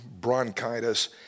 bronchitis